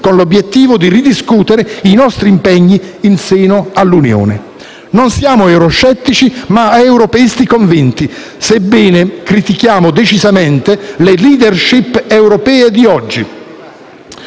con 1'obiettivo di ridiscutere i nostri impegni in seno all'Unione. Non siamo euroscettici, ma europeisti convinti, sebbene critichiamo decisamente le *leadership* europee di oggi.